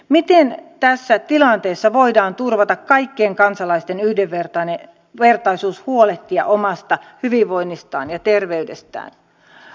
miten tässä tilanteessa voidaan turvata kaikkien kansalaisten yhdenvertaisuus huolehtia omasta hyvinvoinnistaan ja terveydestään